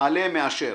מעלה, מאשר.